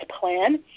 Plan